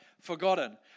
Forgotten